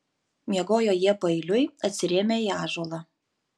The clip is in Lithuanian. miegojo jie paeiliui atsirėmę į ąžuolą